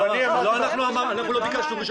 אנחנו לא ביקשנו.